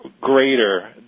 greater